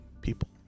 people